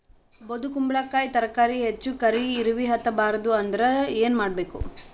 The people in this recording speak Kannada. ಬೊದಕುಂಬಲಕಾಯಿ ತರಕಾರಿ ಹೆಚ್ಚ ಕರಿ ಇರವಿಹತ ಬಾರದು ಅಂದರ ಏನ ಮಾಡಬೇಕು?